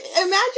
imagine